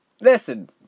listen